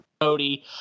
Cody